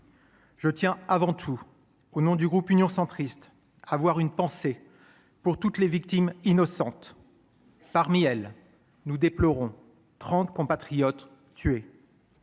Je tiens avant tout, au nom du groupe Union Centriste, à avoir une pensée pour toutes les victimes innocentes. Parmi elles, nous déplorons trente compatriotes tués.